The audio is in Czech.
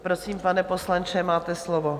Prosím, pane poslanče, máte slovo.